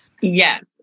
Yes